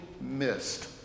missed